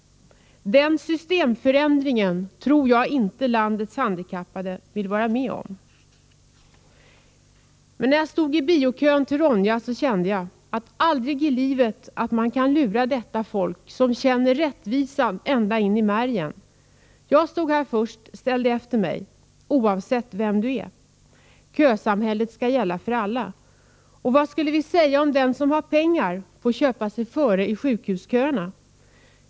Den systemförändringen tror jag inte att landets handikappade vill vara med om. När jag stod i biokön till Ronja Rövardotter kände jag: Aldrig i livet att moderaterna kan lura detta folk, som känner rättvisan ända in i märgen! Jag stod här först, ställ dig efter mig! Sådan blir reaktionen oavsett vem du är — kösamhället skall gälla för alla. Och vad skulle vi säga om den som har pengar fick köpa sig före i sjukhuskön?